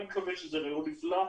אני מקווה שזה רעיון נפלא.